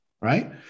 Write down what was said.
right